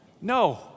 No